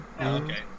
okay